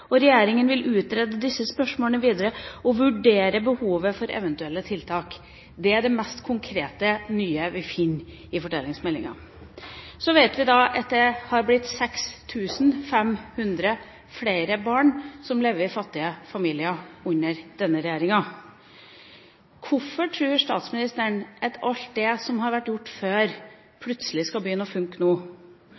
Og: «Regjeringen vil derfor utrede disse spørsmålene videre og vurdere behovet for eventuelle tiltak.» Det er det mest konkrete, nye vi finner i fordelingsmeldinga. Så vet vi at det har blitt 6 500 flere barn som lever i fattige familier under denne regjeringa. Hvorfor tror statsministeren at alt det som har vært gjort før,